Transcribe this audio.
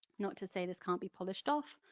not to say this can't be polished off,